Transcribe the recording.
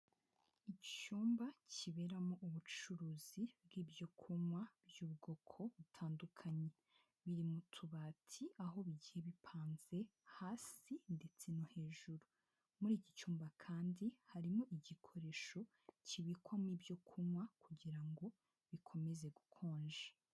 Icyumba kiberamo ubucuruzi bw'ibyo kunywa by'ubwoko butandukanye, biri mu tubati aho bigiye bipanze hasi ndetse no hejuru, muri iki cyumba kandi harimo igikoresho kibikwamo ibyo kunywa kugira ngo bikomeze gukonja.